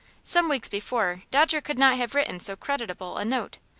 some weeks before dodger could not have written so creditable a note,